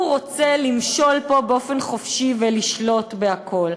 הוא רוצה למשול פה באופן חופשי ולשלוט בכול.